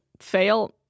fail